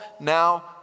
now